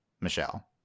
michelle